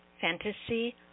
fantasy